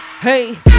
Hey